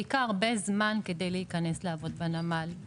כדי להיכנס לעבוד בנמל.